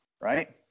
right